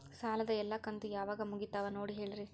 ಸಾಲದ ಎಲ್ಲಾ ಕಂತು ಯಾವಾಗ ಮುಗಿತಾವ ನೋಡಿ ಹೇಳ್ರಿ